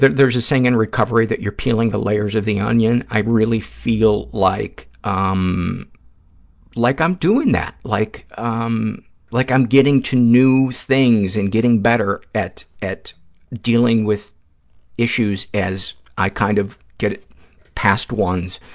there's a saying in recovery that you're peeling the layers of the onion. i really feel like um like i'm doing that, like um like i'm getting to new things and getting better at at dealing with issues as i kind of get past ones